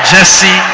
Jesse